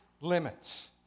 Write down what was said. limits